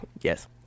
Yes